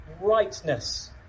rightness